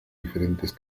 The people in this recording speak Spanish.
diferentes